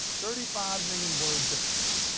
thirty five million word difference.